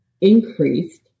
increased